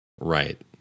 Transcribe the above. Right